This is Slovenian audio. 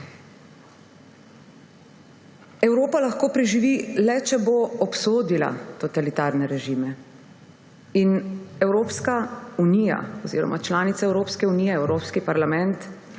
Evropa lahko preživi le, če bo obsodila totalitarne režime. Evropska unija oziroma članice Evropske unije, Evropski parlament